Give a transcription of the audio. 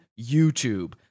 YouTube